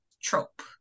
trope